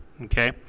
Okay